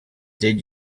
did